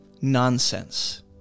Nonsense